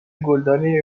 گلدانی